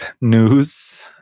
news